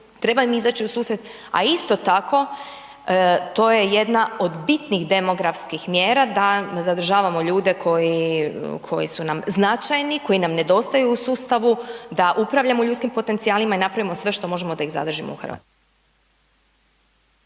treba im izaći u susret a isto tako to je jedna od bitnih demografskih mjera da zadržavamo ljude koji su nam značajni, koji nam nedostaju u sustavu, da upravljamo sudskim potencijalima i napravimo sve što možemo da ih zadržimo u Hrvatskoj.